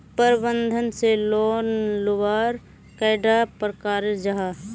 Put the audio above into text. प्रबंधन से लोन लुबार कैडा प्रकारेर जाहा?